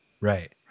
Right